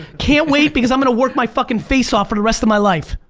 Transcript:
can't wait because i'm gonna work my fucking face off for the rest of my life.